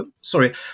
sorry